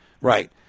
right